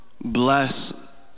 bless